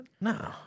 No